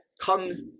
comes